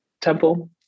Temple